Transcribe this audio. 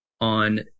on